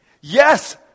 Yes